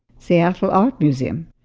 seattle art museum.